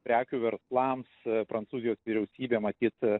prekių verslams prancūzijos vyriausybė matyt